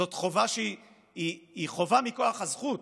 זאת חובה שהיא חובה מכוח הזכות.